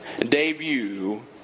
debut